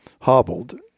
hobbled